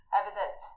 evident